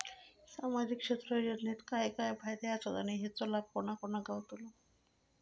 सामजिक क्षेत्र योजनेत काय काय फायदे आसत आणि हेचो लाभ कोणा कोणाक गावतलो?